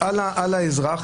על הכרזה הזאת.